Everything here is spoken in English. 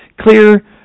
clear